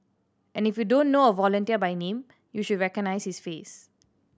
and if you don't know a volunteer by name you should recognise his face